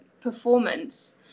Performance